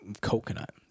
coconut